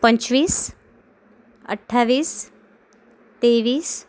पंचवीस अठ्ठावीस तेवीस